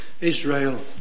Israel